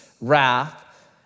Wrath